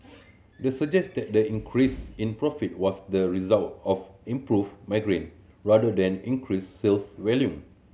the suggest that the increase in profit was the result of improved margin rather than increased sales volume